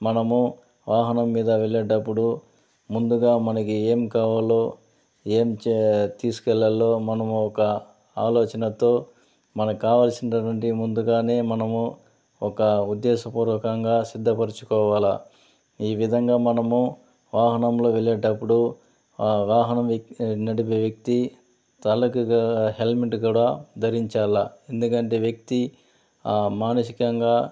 మనము వాహనం మీద వెళ్లేటప్పుడు ముందుగా మనకి ఏం కావాలో ఏం తీసుకెళ్లలో మనము ఒక ఆలోచనతో మనకి కావాల్సినటువంటి ముందుగానే మనము ఒక ఉద్దేశపూర్వకంగా సిద్ధపరుచుకోవాల ఈ విధంగా మనము వాహనంలో వెళ్ళేటప్పుడు ఆ వాహనం నడిపే వ్యక్తి తలకి హెల్మెట్ కూడా ధరించాలి ఎందుకంటే వ్యక్తి మానసికంగా